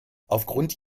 aufgrund